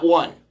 one